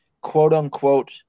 quote-unquote